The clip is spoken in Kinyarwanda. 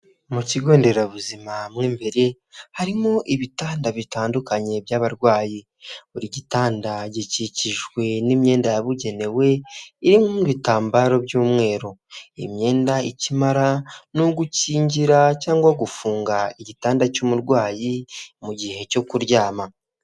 Mu kigo nderabuzimamo mbere harimo ibitanda bitandukanye by'abarwayi, buri gitanda gikikijwe n'imyenda yabugenewe irimo ibitambaro by'umweru. Imyenda ikimara ni ugukingira cyangwa gufunga igitanda cy'umurwayi, mu gihe cyo kuryama.